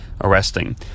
arresting